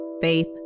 faith